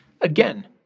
again